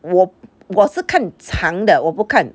我我是看长的我不看